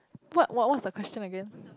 what what's the question again